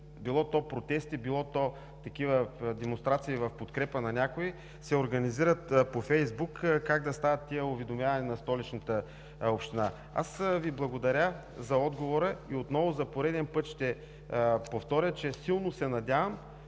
било то протести, било такива демонстрации в подкрепа на някого, се организират по Фейсбук, как да стават тези уведомявания на Столичната община. Благодаря Ви за отговора и отново за пореден път ще повторя, че силно се надявам